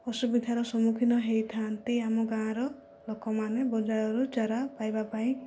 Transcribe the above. ଅସୁବିଧାର ସମ୍ମୁଖୀନ ହୋଇଥାନ୍ତି ଆମ ଗାଁର ଲୋକମାନେ ବଜାରରୁ ଚାରା ପାଇବା ପାଇଁ